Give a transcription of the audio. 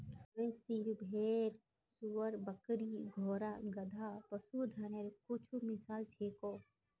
मवेशी, भेड़, सूअर, बकरी, घोड़ा, गधा, पशुधनेर कुछु मिसाल छीको